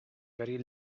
very